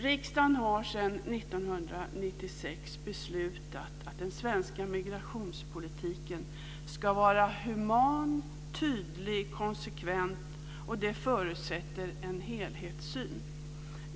Riksdagen har redan 1996 beslutat att den svenska migrationspolitiken ska vara human, tydlig och konsekvent. Detta förutsätter en helhetssyn.